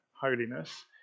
holiness